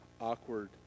awkward